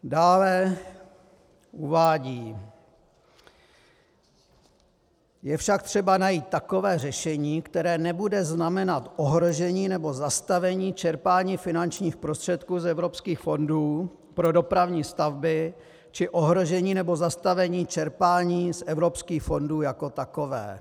Dále uvádí: Je však třeba najít takové řešení, které nebude znamenat ohrožení nebo zastavení čerpání finančních prostředků z evropských fondů pro dopravní stavby či ohrožení nebo zastavení čerpání z evropských fondů jako takové.